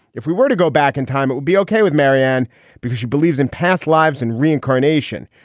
if we were to go back in time, it would be ok with marianne because she believes in past lives and reincarnation.